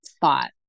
thought